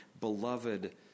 beloved